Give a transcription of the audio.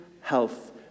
health